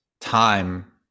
time